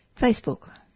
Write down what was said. Facebook